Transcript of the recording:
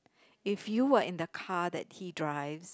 if you were in the car that he drives